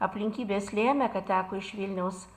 aplinkybės lėmė kad teko iš vilniaus